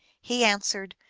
he answered,